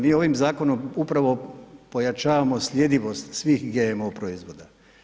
Mi ovim zakonom upravo pojačavamo sljedivost svih GMO proizvoda.